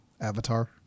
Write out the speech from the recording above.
Avatar